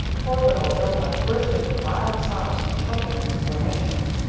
poor little ilda burst into wild sobs and choking explanations,